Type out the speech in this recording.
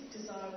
desire